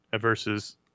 versus